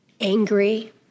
angry